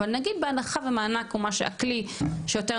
אבל נגיד בהנחה ומענק ומה שהכלי שיותר